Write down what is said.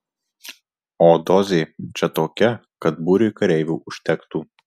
o dozė čia tokia kad būriui kareivių užtektų